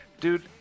Dude